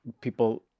people